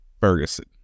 Ferguson